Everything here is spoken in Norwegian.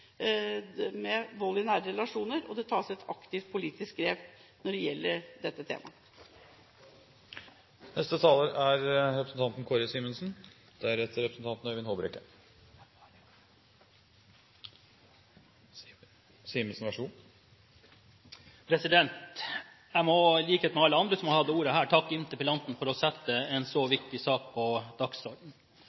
vold i nære relasjoner, og det tas et aktivt politisk grep når det gjelder dette temaet. Jeg må, i likhet med alle andre som har hatt ordet her, takke interpellanten for å sette en så viktig sak på